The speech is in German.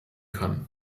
kann